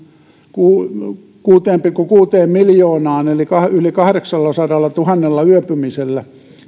kuuteen pilkku kuuteen miljoonaan eli yli kahdeksallasadallatuhannella yöpymisellä